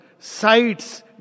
Sights